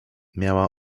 miała